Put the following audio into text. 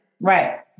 Right